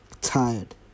Tired